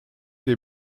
les